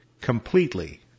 completely